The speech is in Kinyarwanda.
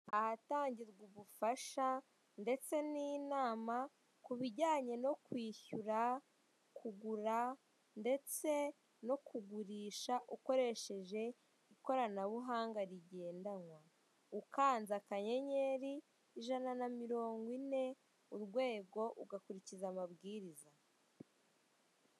Ahatangirwa ubufasha ndetse n'inama ku bijyanye no kwishyura, kugura ndetse no kugurisha ukoresheje ikoranabuhanga rigendanwa. Ukanze akanyenyeri, ijana na mirongo ine, urwego, ugakurikiza amabwiriza.